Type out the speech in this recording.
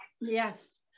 Yes